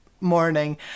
morning